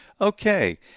okay